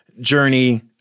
journey